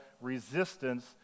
resistance